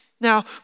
Now